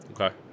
Okay